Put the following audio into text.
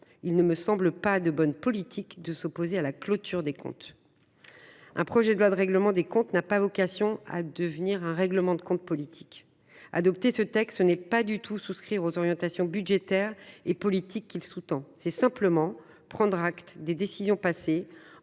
Il ne me semble pas opportun de s’opposer à la clôture des comptes. Un projet de loi de règlement des comptes n’a pas vocation à devenir un règlement de comptes politiques. Adopter ce texte ne revient pas à souscrire aux orientations budgétaires et politiques qu’il sous tend : c’est simplement prendre acte des décisions passées,